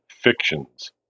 fictions